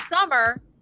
summer